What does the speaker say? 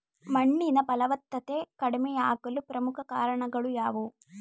ಮಣ್ಣಿನ ಫಲವತ್ತತೆ ಕಡಿಮೆಯಾಗಲು ಪ್ರಮುಖ ಕಾರಣಗಳು ಯಾವುವು?